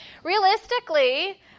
realistically